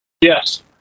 Yes